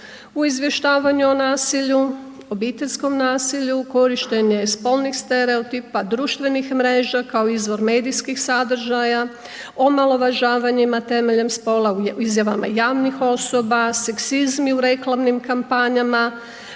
u izvještavanju o nasilju, obiteljskom nasilju, korištenje spolnih stereotipa, društvenih mreža kao izvor medijskih sadržaja, omalovažavanjima temeljem spola u izjavama javnih osoba, seksizmi u reklamnim kampanjama,